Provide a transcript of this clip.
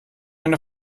eine